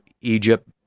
Egypt